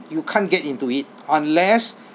you can't get into it unless